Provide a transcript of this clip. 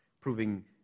proving